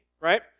right